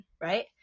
Right